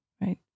right